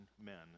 men